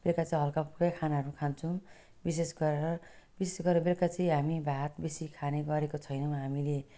बेलुका चाहिँ हल्का फुल्का खानाहरू खान्छौँ विशेष गरेर विशेष गरेर बेलुका चाहिँ हामी भात बेसी खाने गरेको छैनौँ हामीले